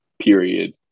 period